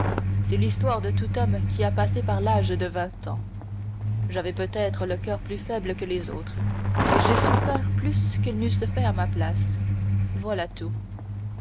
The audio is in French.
c'est l'histoire de tout homme qui a passé par l'âge de vingt ans j'avais peut-être le coeur plus faible que les autres et j'ai souffert plus qu'ils n'eussent fait à ma place voilà tout